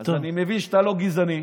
אז אני מבין שאתה לא גזעני.